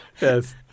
Yes